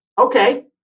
okay